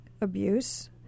abuse